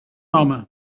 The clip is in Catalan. home